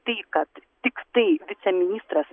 tai kad tiktai viceministras